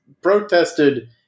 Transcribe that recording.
protested